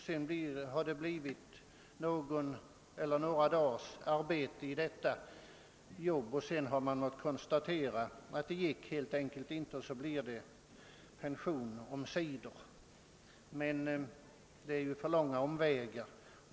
Men efter några dagars arbete i det nya yrket har man måst konstatera att det helt enkelt inte går för vederbörande att fortsätta, och så blir det omsider pension. Detta innebär emellertid alltför långa omvägar.